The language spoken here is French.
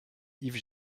yves